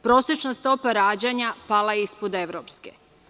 Prosečna stopa rađanja pala je ispod evropske.